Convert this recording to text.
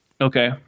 Okay